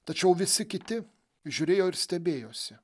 tačiau visi kiti žiūrėjo ir stebėjosi